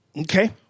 Okay